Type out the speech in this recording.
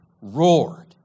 roared